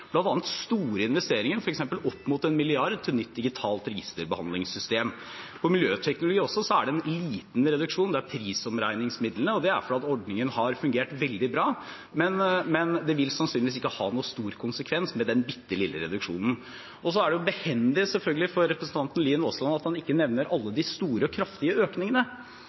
store investeringer på opp mot 1 mrd. kr til et nytt digitalt registerbehandlingssystem. For miljøteknologi er det en liten reduksjon, det gjelder prisomregningsmidlene, og det er fordi ordningen har fungert veldig bra. Den bitte lille reduksjonen vil sannsynligvis ikke ha noen stor konsekvens. Så er det behendig, selvfølgelig, for representanten Aasland at han ikke nevner noen av de store og kraftige økningene.